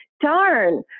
Darn